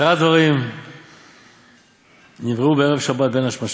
עשרה דברים נבראו בערב שבת בין השמשות,